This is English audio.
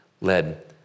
led